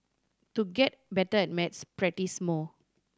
to get better at maths practise more